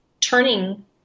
turning